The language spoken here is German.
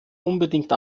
unbedingt